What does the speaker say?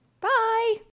Bye